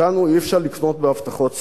אותנו אי-אפשר לקנות בהבטחות סרק.